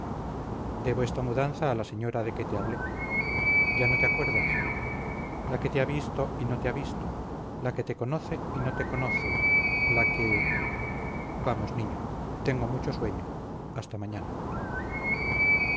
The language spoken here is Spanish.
debo esta mudanza a la señora de que te hablé ya no te acuerdas la que te ha visto y no te ha visto la que te conoce y no te conoce la que vamos niño tengo mucho sueño hasta mañana